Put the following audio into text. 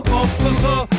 officer